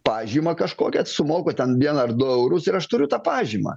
pažymą kažkokią sumoku ten vieną ar du eurus ir aš turiu tą pažymą